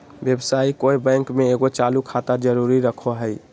व्यवसायी कोय बैंक में एगो चालू खाता जरूर रखो हइ